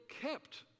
kept